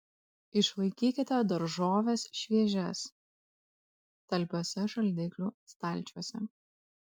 išlaikykite daržoves šviežias talpiuose šaldiklių stalčiuose